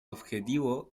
objetivo